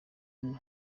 onu